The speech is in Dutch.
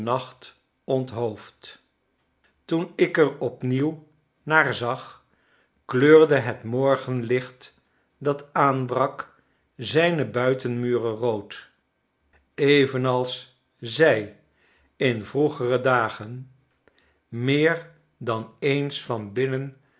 nacht onthoofd toen ik er opnieuw naar zag kleurde het morgenlicht dat aanbrak zijne buitenmuren rood evenals zij in vroegere dagen meer dan eens van binnen